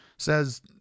says